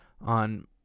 on